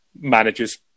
Manager's